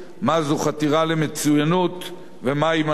מה זו חתירה למצוינות ומהי מנהיגות.